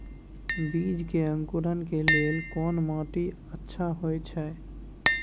बीज के अंकुरण के लेल कोन माटी अच्छा होय छै?